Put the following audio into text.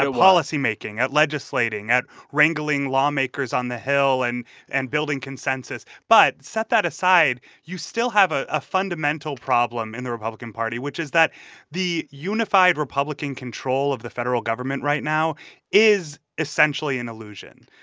policy making, at legislating, at wrangling lawmakers on the hill and and building consensus. but set that aside. you still have a ah fundamental problem in the republican party, which is that the unified republican control of the federal government right now is essentially an illusion.